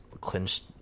clinched